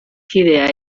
kidea